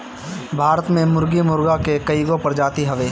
भारत में मुर्गी मुर्गा के कइगो प्रजाति हवे